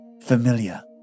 familiar